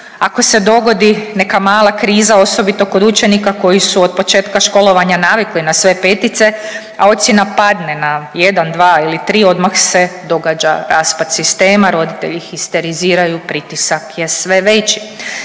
Ako se dogodi neka mala kriza, osobito kod učenika koji su od početka školovanja navikli na sve petice, a ocjena padne na jedan, dva ili tri odmah se događa raspad sistema, roditelji histeriziraju, pritisak je sve veći.